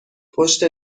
پشت